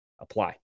apply